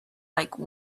like